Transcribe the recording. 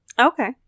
Okay